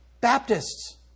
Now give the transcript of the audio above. Baptists